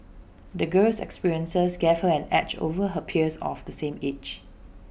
the girl's experiences gave her an edge over her peers of the same age